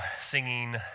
singing